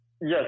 Yes